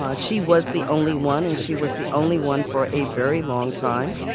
um she was the only one, and she was the only one for a very long time,